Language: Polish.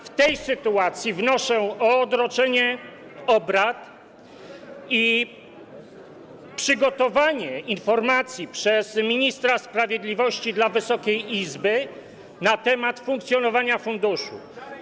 W tej sytuacji wnoszę o odroczenie obrad i przygotowanie informacji przez ministra sprawiedliwości dla Wysokiej Izby na temat funkcjonowania funduszu.